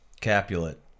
Capulet